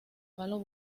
palo